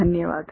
धन्यवाद